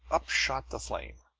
up shot the flame.